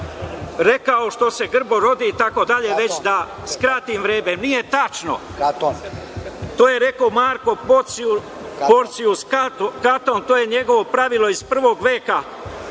rekao – što se grbo rodi itd, da skratim vreme. Nije tačno. To je rekao Marko Porcius Katon, to je njegovo pravilo iz prvog veka